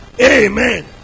Amen